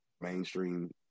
mainstream